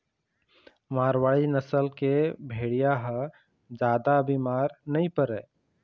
मारवाड़ी नसल के भेड़िया ह जादा बिमार नइ परय